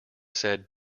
said